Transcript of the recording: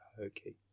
Okay